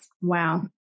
wow